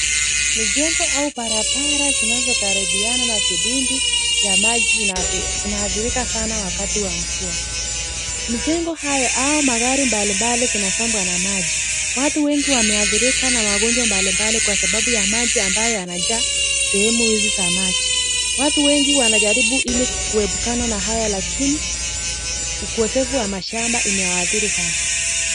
Mijengo au barabara zinazokaribiana na vidimbwi vya maji zinaathirika sana wakati wa mvua. Mijengo haya au magari mbalimbali zinasombwa na maji. Watu wengi wameathirika na magonjwa mbali mbali kwa sababu ya maji ambayo yanajaa sehemu hizi za maji. Watu wengi wanajaribu ili kuepukana na haya lakini ukosefu wa mashamba umewaathiri sana.